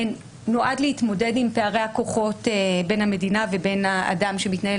נועד להתמודד עם פערי הכוחות בין המדינה ובין האדם שמתנהל